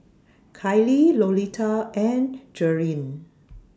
Kaylie Lolita and Jerilyn